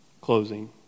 closing